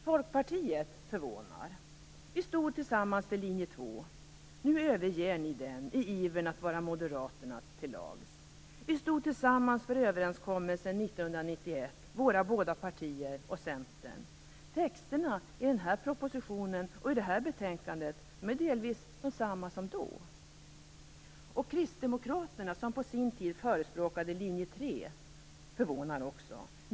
Folkpartiet förvånar. Vi stod tillsammans för linje 2. Nu överger ni den, i ivern att vara Moderaterna till lags. Vi stod tillsammans för överenskommelsen 1991, våra båda partier och Centern. Texterna i denna proposition och i detta betänkande är delvis desamma som då. Kristdemokraterna, som på sin tid förespråkade linje 3, förvånar också.